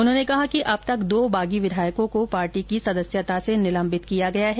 उन्होंने कहा कि अब तक दो बागी विधायकों को पार्टी की सदस्यता से निलंबित किया गया है